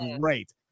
great